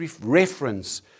reference